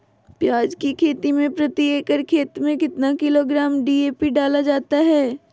प्याज की खेती में प्रति एकड़ खेत में कितना किलोग्राम डी.ए.पी डाला जाता है?